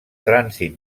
trànsit